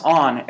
on